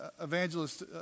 evangelist